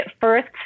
first